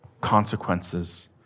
consequences